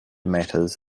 matters